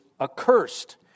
accursed